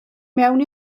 mewn